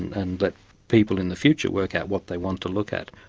and let people in the future work out what they want to look at.